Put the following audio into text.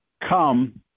come